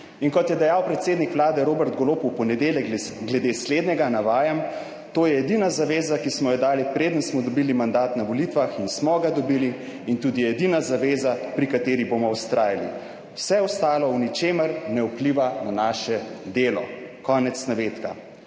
In kot je dejal predsednik vlade Robert Golob v ponedeljek 77. TRAK: (NB) – 18.20 (Nadaljevanje) glede slednjega navajam, »to je edina zaveza, ki smo jo dali preden smo dobili mandat na volitvah, in smo ga dobili, in tudi edina zaveza pri kateri bomo vztrajali, vse ostalo v ničemer ne vpliva na naše delo«, konec navedka.